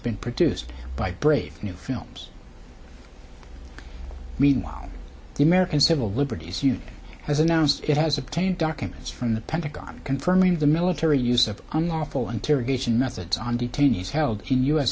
been produced by brave new films meanwhile the american civil liberties union has announced it has obtained documents from the pentagon confirming the military use of unlawful interrogation methods on detainees held in u